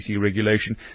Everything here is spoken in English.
regulation